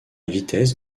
vitesse